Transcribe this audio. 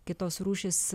kitos rūšys